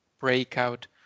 breakout